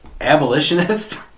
Abolitionist